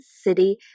city